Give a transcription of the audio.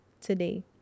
today